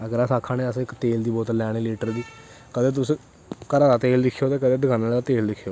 अगर अस आक्खा ने असें इक तेल दी बोटल लैनी लीटर दी कदैं तुस घरा दा तेल दिक्खेआ ते दकानां दा तेल दिक्खेआ